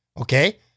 Okay